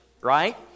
right